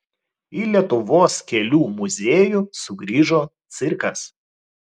į lietuvos kelių muziejų sugrįžo cirkas